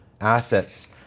assets